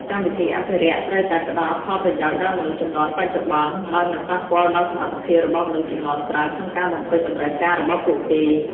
កម្មវិធីអភិរក្សត្រូវតែផ្ដល់ផលប្រយោជន៍ដល់មនុស្សជំនាន់បច្ចុប្បន្ន ដោយមិនប៉ះពាល់ដល់សមត្ថភាពរបស់មនុស្សជំនាន់ក្រោយក្នុងការបំពេញតម្រូវការរបស់ពួកគេ។